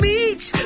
Beach